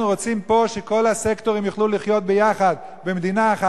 אנחנו רוצים פה שכל הסקטורים יוכלו לחיות ביחד במדינה אחת,